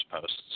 posts